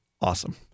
awesome